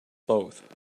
both